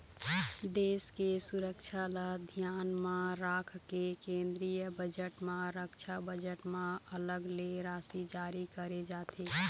देश के सुरक्छा ल धियान म राखके केंद्रीय बजट म रक्छा बजट म अलग ले राशि जारी करे जाथे